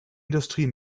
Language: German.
industrie